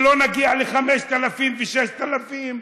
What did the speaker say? שלא נגיע ל-5000 ו-6000.